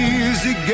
easy